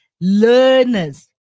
learners